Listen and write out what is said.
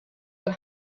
been